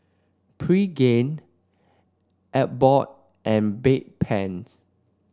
Pregain Abbott and Bedpans